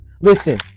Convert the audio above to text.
listen